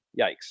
yikes